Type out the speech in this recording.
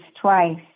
twice